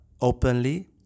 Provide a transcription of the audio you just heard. openly